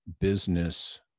business